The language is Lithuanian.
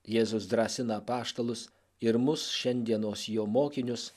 jėzus drąsina apaštalus ir mus šiandienos jo mokinius